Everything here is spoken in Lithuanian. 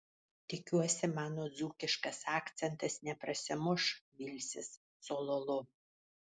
tikiuosi mano dzūkiškas akcentas neprasimuš vilsis cololo